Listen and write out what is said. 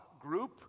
group